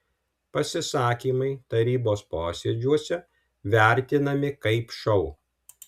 pasisakymai tarybos posėdžiuose vertinami kaip šou